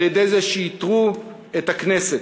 על-ידי זה שייתרו את הכנסת.